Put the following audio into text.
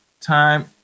time